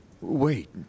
Wait